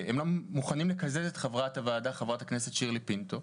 הם לא מוכנים לקזז את חברת הוועדה חברת הכנסת שירלי פינטו,